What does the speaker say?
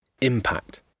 Impact